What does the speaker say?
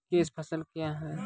Cash फसल क्या हैं?